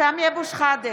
סמי אבו שחאדה,